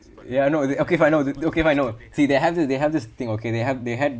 ya no they okay I know okay I know see they have this they have this thing okay they have they had